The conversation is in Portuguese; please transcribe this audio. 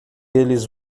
eles